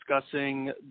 discussing